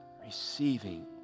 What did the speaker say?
receiving